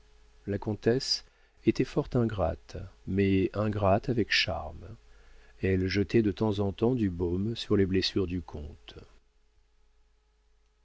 la comtesse était fort ingrate mais ingrate avec charme elle jetait de temps en temps du baume sur les blessures du comte